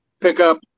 pickup